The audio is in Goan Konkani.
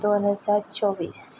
दोन हजार चोव्वीस